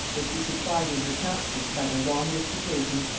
that she should find in her councillors, by their long disputations,